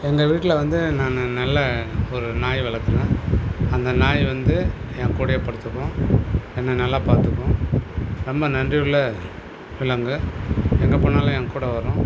எங்கள் வீட்டில் வந்து நான் நல்ல ஒரு நாய் வளர்த்தேன் அந்த நாய் வந்து என் கூடயே படுத்துக்கும் என்னை நல்லா பார்த்துக்கும் ரொம்ப நன்றி உள்ள விலங்கு எங்கே போனாலும் என் கூட வரும்